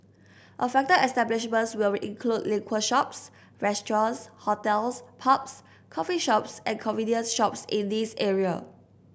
affected establishments will include liquor shops restaurants hotels pubs coffee shops and convenience shops in these areas